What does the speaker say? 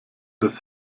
das